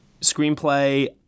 Screenplay